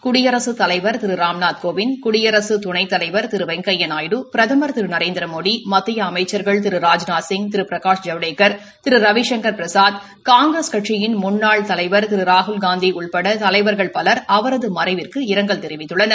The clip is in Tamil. குடியரசுத் தலைவர் திரு ராம்நாத் கோவிந்த் குடியரசு துணைததலைவர் திரு வெங்கையா நாயுடு பிரதமர் திரு நரேந்திரமோடி மத்திய அமைசள்கள் திரு ராஜ்நாத்சிய் திரு பிரகாஷ் ஜவடேக்கா் திரு ரவிசங்கா் பிரசாத் காங்கிரஸ் கட்சியின் முன்னாள் தலைவர் திரு ராகுல்காந்தி உட்பட தலைவர்கள் பலர் அவரது மறைவுக்கு இரங்கல் தெரிவித்துள்ளன்